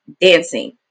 dancing